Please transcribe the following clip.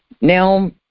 now